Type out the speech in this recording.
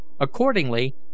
Accordingly